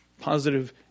positive